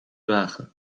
wagen